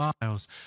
miles